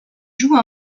joue